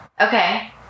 Okay